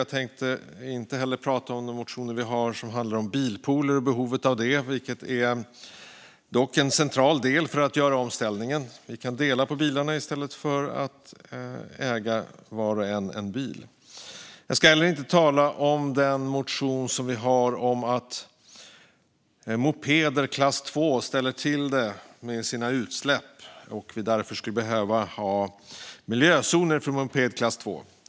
Jag tänkte inte heller prata om de motioner vi har som handlar om bilpooler och behovet av dem, vilket dock är en central del för att göra omställningen. Vi kan dela på bilarna i stället för att var och en äger en bil. Jag ska heller inte tala om den motion som vi har om att mopeder i klass II ställer till det med sina utsläpp och att vi därför skulle behöva ha miljözoner för mopeder i klass II.